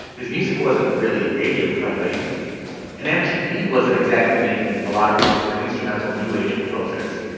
his music wasn't really radio friendly and mtv wasn't exactly making a lot of room for instrumental new age composers.